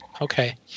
Okay